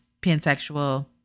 pansexual